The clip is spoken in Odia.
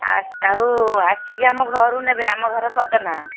ଆଉ ଆସିକି ଆମ ଘରୁ ନେବେ ଆମ ଘର ପଦନା